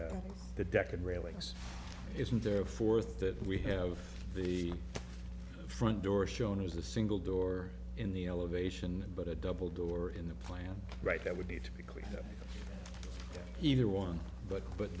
the the deck and railings isn't there a fourth that we have the front door shown as a single door in the elevation but a double door in the plan right that would need to be clear either one but but